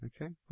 Okay